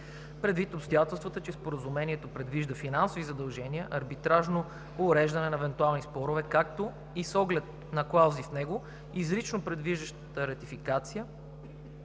Предвид обстоятелствата, че Споразумението предвижда финансови задължения, арбитражно уреждане на евентуални спорове, както и с оглед на клауза в него, изрично предвиждаща ратификация,